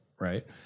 right